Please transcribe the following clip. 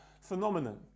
phenomenon